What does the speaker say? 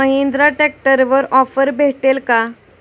महिंद्रा ट्रॅक्टरवर ऑफर भेटेल का?